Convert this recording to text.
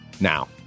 Now